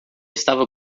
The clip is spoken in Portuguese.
estava